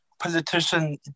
Politician